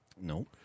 No